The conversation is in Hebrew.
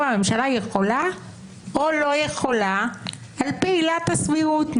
הממשלה יכולה או לא יכולה על פי עילת הסבירות.